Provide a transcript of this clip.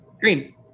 green